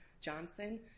Johnson